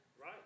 Right